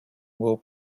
will